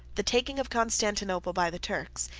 the taking of constantinople by the turks,